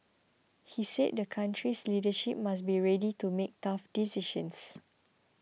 he said the country's leadership must be ready to make tough decisions